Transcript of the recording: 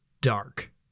dark